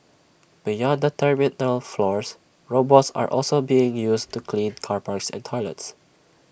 beyond the terminal floors robots are also being used to clean car parks and toilets